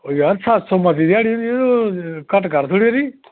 यार सत्त सौ जादै घट्ट कर इसगी